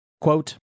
Quote